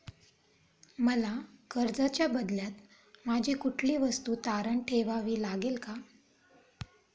मला कर्जाच्या बदल्यात माझी कुठली वस्तू तारण ठेवावी लागेल का?